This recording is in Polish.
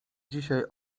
dzisiaj